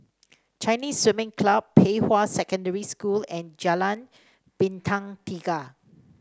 Chinese Swimming Club Pei Hwa Secondary School and Jalan Bintang Tiga